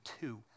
two